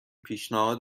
پیشنهاد